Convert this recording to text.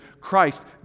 Christ